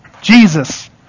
Jesus